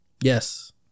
Yes